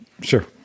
Sure